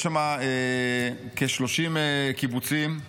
יש שם כ-30 קיבוצים,